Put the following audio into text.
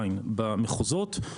במחוזות, מהנדסים.